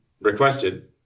requested